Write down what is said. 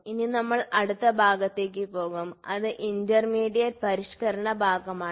ഇനി നമ്മൾ അടുത്ത ഭാഗത്തേക്ക് പോകും അത് ഇന്റർമീഡിയറ്റ് പരിഷ്ക്കരണ ഉപകരണമാണ്